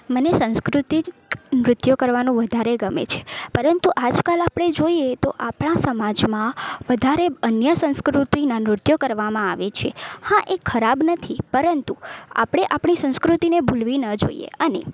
મને સાંસ્કૃતિક નૃત્યો કરવાનું વધારે ગમે છે પરંતુ આજકાલ આપણે જોઈએ તો આપણા સમાજમાં વધારે અન્ય સંસ્કૃતિનાં નૃત્યો કરવામાં આવે છે હા એ ખરાબ નથી પરંતુ આપણે આપણી સંસ્કૃતિને ભૂલવી ન જોઈએ અને